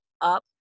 up